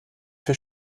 will